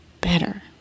better